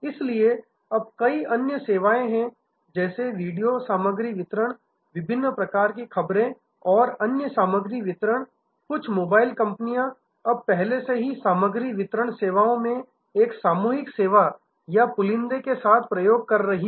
इसलिए अब कई अन्य सेवाएं हैं जैसे वीडियो सामग्री वितरण विभिन्न प्रकार की खबरें और अन्य सामग्री वितरण कुछ मोबाइल कंपनियां अब पहले से ही सामग्री वितरण सेवाओं में एक सामूहिक सेवा या पुलिदे के साथ प्रयोग कर रही हैं